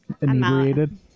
inebriated